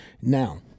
Now